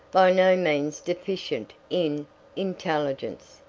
by no means deficient in intelligence,